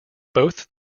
both